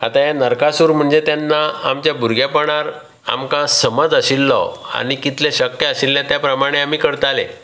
आतां हे नारकासूर म्हणजे तेन्ना आमच्या भुरगेपणांत आमकां समज आशिल्लो आनी कितलें शक्य आशिल्लें त्या प्रमाणें आमी करताले